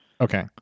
okay